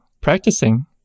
practicing